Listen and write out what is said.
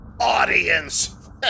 Audience